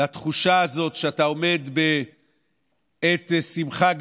לתחושה הזאת שאתה עומד בעת שמחה גדולה,